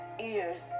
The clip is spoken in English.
ears